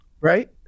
Right